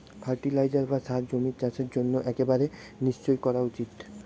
fertiliser বা সার জমির চাষের জন্য একেবারে নিশ্চই করা উচিত